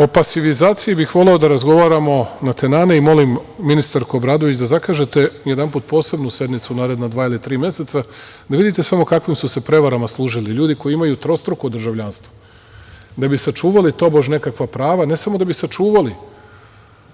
O pasivizaciji, bih voleo da razgovaramo natenane i molio bih ministarku Obradović da zakažete, jedan put posebnu sednicu u naredna dva ili tri meseca, da vidite samo, kakvim su se prevarama služili ljudi koji imaju trostruko državljanstvo, da bi sačuvali, tobože, nekakva prava, ne samo da bi sačuvali,